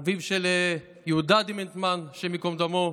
אביו של יהודה דימנטמן, השם ייקום דמו,